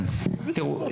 תראו,